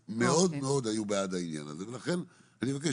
היו מאוד בעד העניין הזה ולכן אני מבקש